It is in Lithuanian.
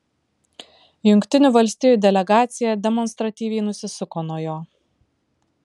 jungtinių valstijų delegacija demonstratyviai nusisuko nuo jo